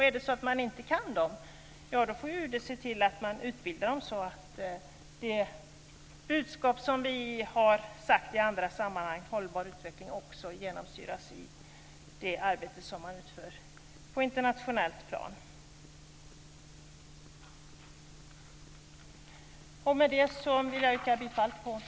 Är det så att de utsända inte kan dem får UD se till att de utbildas så att det budskap som vi har fört fram i andra sammanhang, hållbar utveckling, också genomsyrar det arbete som man utför på internationellt plan. Med det vill jag yrka bifall till utskottets hemställan.